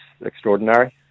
extraordinary